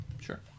Sure